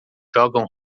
jogam